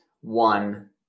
one